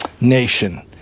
nation